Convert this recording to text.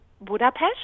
Budapest